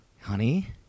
honey